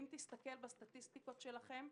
אם תסתכל בסטטיסטיקה שלכם,